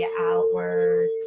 outwards